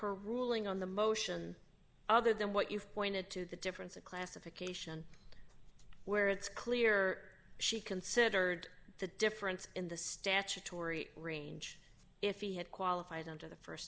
her ruling on the motion other than what you've pointed to the difference of classification where it's clear she considered the difference in the statutory range if he had qualifies under the